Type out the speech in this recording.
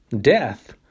Death